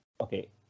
Okay